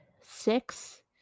six